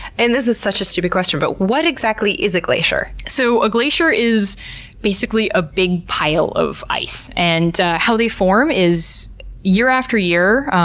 and this is such a stupid question, but what exactly is a glacier? so, a glacier is basically a big pile of ice, and how they form is year after year,